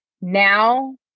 now